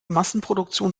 massenproduktion